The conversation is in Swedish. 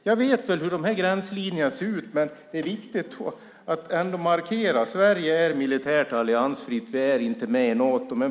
Jag vet hur gränslinjerna ser ut. Det är viktigt att markera. Sverige är militärt alliansfritt. Vi är inte med i Nato.